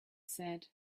said